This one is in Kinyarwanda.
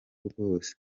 bwose